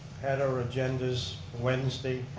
had our agendas wednesday,